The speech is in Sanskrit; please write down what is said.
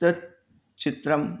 तत् चित्रम्